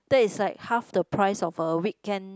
that is like half the price of a weekend